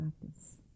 practice